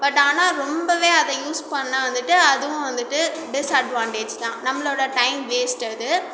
but ஆனால் ரொம்பவே அதை யூஸ் பண்ணால் வந்துவிட்டு அதுவும் வந்துவிட்டு டிஸ்அட்வான்டேஜ் தான் நம்மளோட டைம் வேஸ்ட் அது